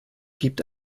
gibt